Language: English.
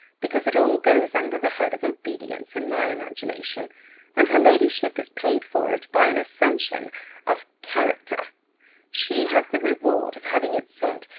because it all goes under the head of obedience, in my imagination and her ladyship is paid for it by an accession of character she has the reward of having it said,